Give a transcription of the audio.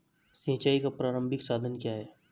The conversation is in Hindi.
सिंचाई का प्रारंभिक साधन क्या है?